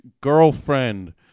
girlfriend